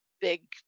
big